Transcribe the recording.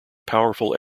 powerful